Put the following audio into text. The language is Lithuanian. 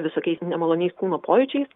visokiais nemaloniais pojūčiais